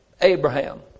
Abraham